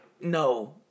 No